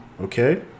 Okay